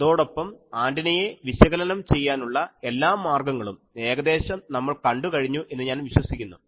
അതോടൊപ്പം ആൻറിനയെ വിശകലനം ചെയ്യാനുള്ള എല്ലാ മാർഗ്ഗങ്ങളും ഏകദേശം നമ്മൾ കണ്ടുകഴിഞ്ഞു എന്ന് ഞാൻ വിശ്വസിക്കുന്നു